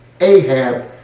Ahab